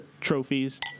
trophies